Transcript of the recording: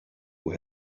who